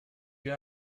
you